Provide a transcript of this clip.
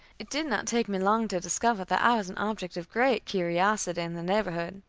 it did not take me long to discover that i was an object of great curiosity in the neighborhood.